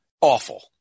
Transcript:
awful